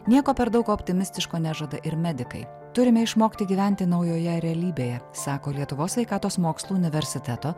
nieko per daug optimistiško nežada ir medikai turime išmokti gyventi naujoje realybėje sako lietuvos sveikatos mokslų universiteto